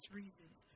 reasons